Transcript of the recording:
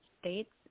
States